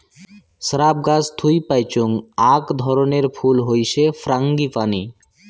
shrub গাছ থুই পাইচুঙ আক ধরণের ফুল হসে ফ্রাঙ্গিপানি